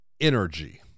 energy